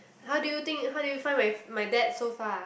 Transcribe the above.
how do you think how do you find my my dad so far